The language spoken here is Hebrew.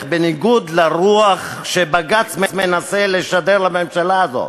בניגוד לרוח שבג"ץ מנסה לשדר לממשלה הזאת.